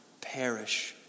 perish